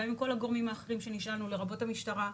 לרבות המשטרה.